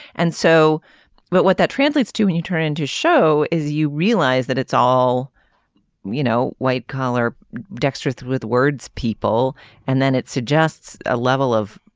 and so what what that translates to when and you turn into show is you realize that it's all you know white collar dexterous with words people and then it suggests a level of